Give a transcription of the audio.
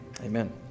Amen